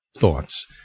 thoughts